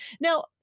Now